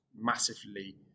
massively